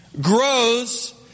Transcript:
grows